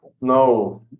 No